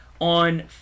on